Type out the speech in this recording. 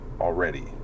already